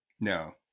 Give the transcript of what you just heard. no